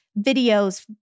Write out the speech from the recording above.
videos